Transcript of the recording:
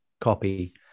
copy